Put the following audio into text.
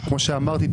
כפי שאמרתי,